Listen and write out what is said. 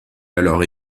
alors